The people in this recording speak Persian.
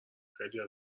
خیلیا